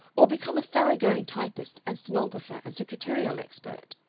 or become a thorough-going typist and stenographer and secretarial expert.